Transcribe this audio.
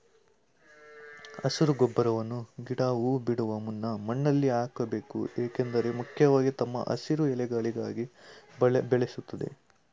ಹಸಿರು ಗೊಬ್ಬರವನ್ನ ಗಿಡ ಹೂ ಬಿಡುವ ಮುನ್ನ ಮಣ್ಣಲ್ಲಿ ಹಾಕ್ಬೇಕು ಏಕೆಂದ್ರೆ ಮುಖ್ಯವಾಗಿ ತಮ್ಮ ಹಸಿರು ಎಲೆಗಳಿಗಾಗಿ ಬೆಳೆಸಲಾಗ್ತದೆ